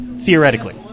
Theoretically